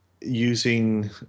using